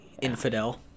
Infidel